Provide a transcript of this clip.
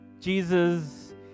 Jesus